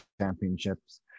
Championships